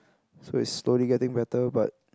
so it's slowly getting better but